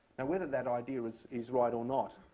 and whether that idea is is right or not,